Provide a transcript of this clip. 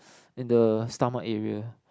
in the stomach area